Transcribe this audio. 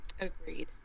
Agreed